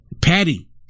Patty